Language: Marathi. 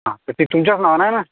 हां तर ते तुमच्याच नावाने आहे ना